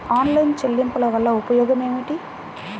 Online చెల్లింపుల వల్ల ఉపయోగమేమిటీ?